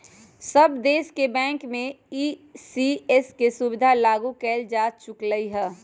सब देश के बैंक में ई.सी.एस के सुविधा लागू कएल जा चुकलई ह